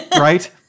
Right